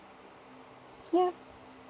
yeah